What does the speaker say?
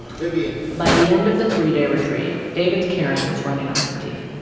vivian by the end of the three-day retreat, david's caring was running on empty.